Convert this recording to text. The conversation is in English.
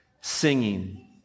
singing